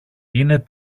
είναι